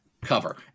cover